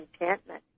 enchantment